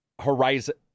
Horizon